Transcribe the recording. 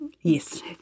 Yes